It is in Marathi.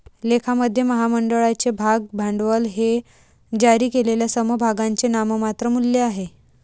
लेखामध्ये, महामंडळाचे भाग भांडवल हे जारी केलेल्या समभागांचे नाममात्र मूल्य आहे